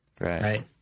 Right